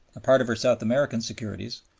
a part of her south american securities,